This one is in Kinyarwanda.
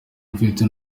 mfite